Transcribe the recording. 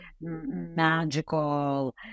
magical